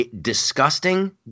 disgusting